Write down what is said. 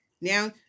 Now